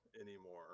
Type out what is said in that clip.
anymore